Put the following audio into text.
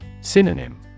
Synonym